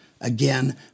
Again